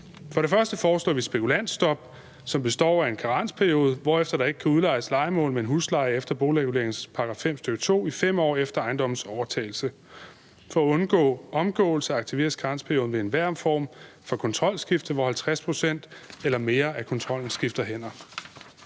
For det første foreslår vi spekulantstop, som består af en karensperiode, hvorefter der ikke kan udlejes lejemål med en husleje efter boligreguleringslovens § 5, stk. 2, i 5 år efter ejendommens overtagelse. For at undgå omgåelse aktiveres karensperioden ved enhver form for kontrolskifte, hvor 50 pct. eller mere af kontrollen skifter hænder.